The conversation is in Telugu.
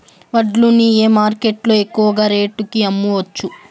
వడ్లు ని ఏ మార్కెట్ లో ఎక్కువగా రేటు కి అమ్మవచ్చు?